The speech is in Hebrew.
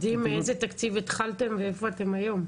זה מדהים מאיזה תקציב התחלתם ואיפה אתם היום.